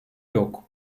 yok